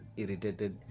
irritated